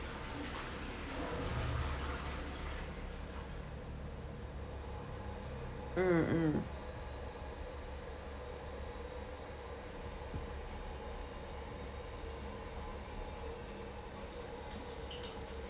mm mm